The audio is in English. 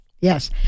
Yes